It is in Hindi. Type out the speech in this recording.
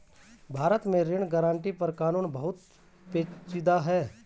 भारत में ऋण गारंटी पर कानून बहुत पेचीदा है